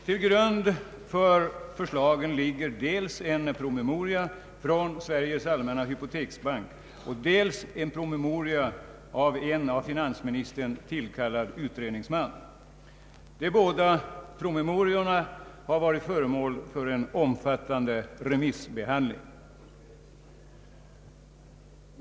Till grund för förslagen ligger dels en promemoria från Sveriges allmänna hypoteksbank, dels en promemoria av en av finansministern tillkallad utredningsman. De båda promemoriorna har varit föremål för en omfattande remissbehandling.